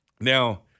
Now